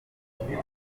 ibaruwa